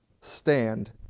stand